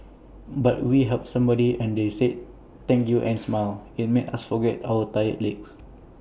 but we helped somebody and they said thank you and smiled IT made us forget our tired legs